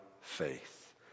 faith